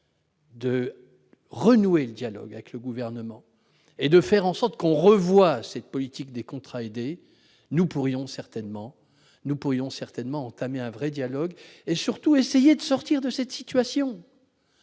de renouer le dialogue avec le Gouvernement et de revoir cette politique des contrats aidés, nous pourrions certainement entamer une vraie discussion et, surtout, essayer de sortir de cette situation.